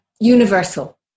universal